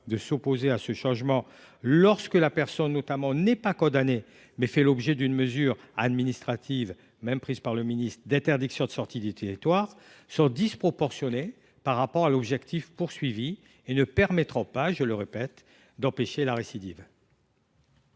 de s’opposer à ce changement lorsque la personne n’est pas condamnée, mais fait l’objet d’une mesure administrative, même décidée par le ministre, d’interdiction de sortie du territoire, sont disproportionnées par rapport à l’objectif et ne permettront pas – je le répète – d’empêcher la récidive.